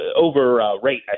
over-rate